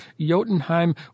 Jotunheim